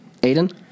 Aiden